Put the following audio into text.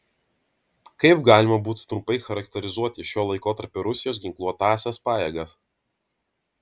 kaip galima būtų trumpai charakterizuoti šio laikotarpio rusijos ginkluotąsias pajėgas